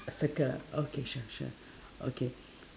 circle ah okay sure sure okay